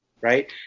right